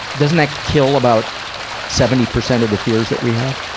doesn't that kill about seventy percent of the fears that we have?